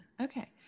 okay